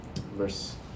verse